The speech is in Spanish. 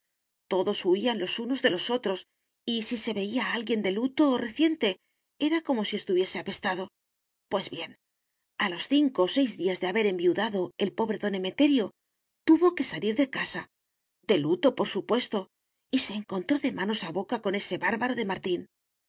todos huían los unos de los otros y si se veía a alguien de luto reciente era como si estuviese apestado pues bien a los cinco o seis días de haber enviudado el pobre don emeterio tuvo que salir de casa de luto por supuesto y se encontró de manos a boca con ese bárbaro de martín